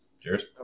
Cheers